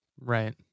Right